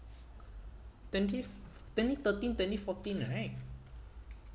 twenty twenty thirteen twenty fourteen right